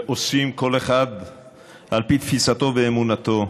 ועושים כל אחד על פי תפיסתו ואמונתו,